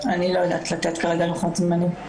אני לא יודעת לתת כרגע לוחות זמנים.